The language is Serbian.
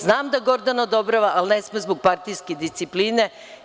Znam da Grdana odobrava ali ne sme zbog partijske discipline.